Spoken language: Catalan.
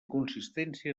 consistència